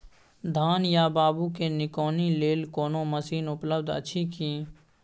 धान या बाबू के निकौनी लेल कोनो मसीन उपलब्ध अछि की?